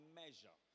measure